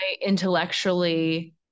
intellectually